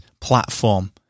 platform